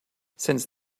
since